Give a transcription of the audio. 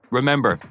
Remember